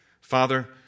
Father